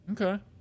Okay